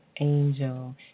Angel